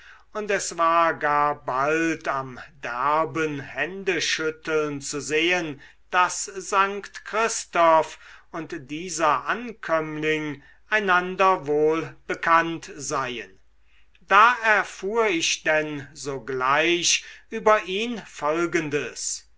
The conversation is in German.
und es war gar bald am derben händeschütteln zu sehen daß st christoph und dieser ankömmling einander wohl bekannt seien da erfuhr ich denn sogleich über ihn folgendes